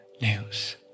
news